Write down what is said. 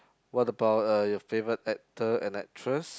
what about uh your favorite actor and actress